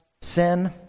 sin